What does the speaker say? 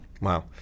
Wow